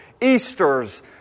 Easter's